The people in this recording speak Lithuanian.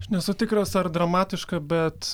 aš nesu tikras ar dramatiška bet